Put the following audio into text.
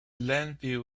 landfill